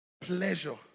pleasure